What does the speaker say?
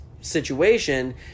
situation